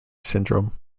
syndrome